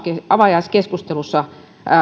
avajaiskeskustelussa